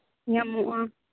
ᱧᱟᱢᱚᱜᱼᱟ